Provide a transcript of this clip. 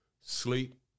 sleep